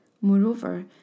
Moreover